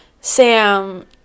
Sam